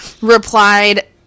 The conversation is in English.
replied